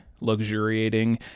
luxuriating